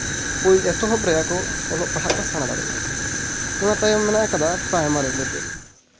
ᱮᱛᱚᱦᱚᱵ ᱨᱮᱜᱮ ᱠᱚ ᱚᱞᱚᱜ ᱯᱟᱲᱦᱟᱜ ᱠᱚ ᱥᱮᱬᱟ ᱫᱟᱲᱮᱭᱟᱜᱼᱟ ᱚᱱᱟ ᱛᱟᱭᱚᱢ ᱢᱮᱱᱟᱜ ᱠᱟᱫᱟ ᱯᱨᱟᱭᱢᱟᱨᱤ ᱞᱮᱵᱮᱞ